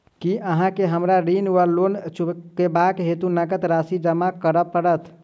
की अहाँ केँ हमरा ऋण वा लोन चुकेबाक हेतु नगद राशि जमा करऽ पड़त?